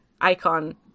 icon